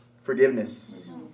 forgiveness